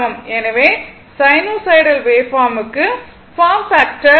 எனவே சைனூசாய்டல் வேவ்பார்ம்க்கு form factor 1